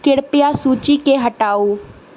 कृपया सूचीकऽ हटाउ